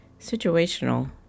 Situational